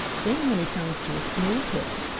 then when he comes to a smooth hill,